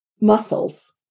muscles